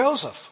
Joseph